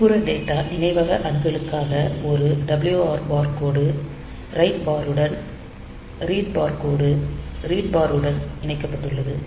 வெளிப்புற டேட்டா நினைவக அணுகலுக்காக ஒரு WR பார் கோடு ரைட் பார் உடனும் ரீட் பார் கோடு ரீட் பார் உடனும் இணைக்கப்பட்டுள்ளது